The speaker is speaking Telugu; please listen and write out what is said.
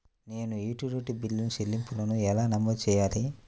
నేను యుటిలిటీ బిల్లు చెల్లింపులను ఎలా నమోదు చేయాలి?